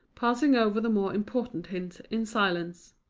passing over the more important hint in silence.